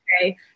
Okay